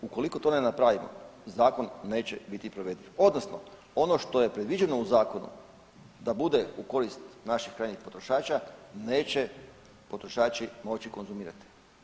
Ukoliko to ne napravimo zakon neće biti provediv odnosno ono što je predviđeno u zakonu da bude u korist naših krajnjih potrošača neće potrošači moći konzumirati.